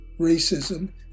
racism